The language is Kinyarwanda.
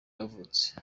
yavutse